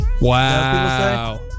wow